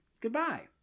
goodbye